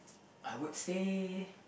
I would say